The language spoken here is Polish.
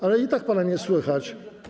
Ale i tak pana nie słychać.